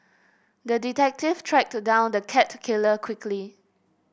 the detective tracked down the cat killer quickly